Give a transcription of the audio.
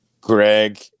greg